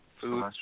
Food